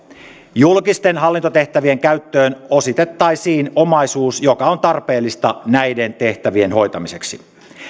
julkisten hallintotehtävien käyttöön ositettaisiin omaisuus joka on tarpeellista näiden tehtävien hoitamiseksi